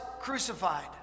crucified